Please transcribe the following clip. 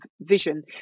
vision